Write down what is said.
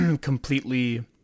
completely